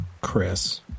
Chris